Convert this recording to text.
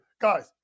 Guys